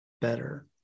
better